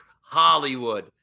hollywood